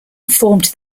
formed